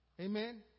Amen